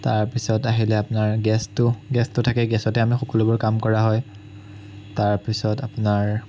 তাৰপিছত আহিলে আপোনাৰ গেছটো গেছটো থাকে গেছতে আমি সকলোবোৰ কাম কৰা হয় তাৰপিছত আপোনাৰ